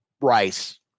rice